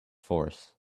force